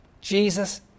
Jesus